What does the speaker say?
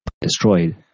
destroyed